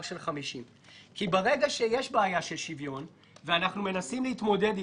של 50. כי ברגע שיש בעיה של שוויון ואנחנו מנסים להתמודד איתה,